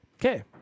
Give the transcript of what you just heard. Okay